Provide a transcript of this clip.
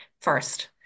first